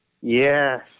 Yes